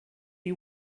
you